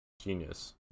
genius